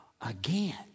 again